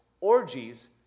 orgies